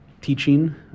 teaching